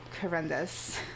horrendous